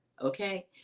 okay